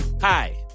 hi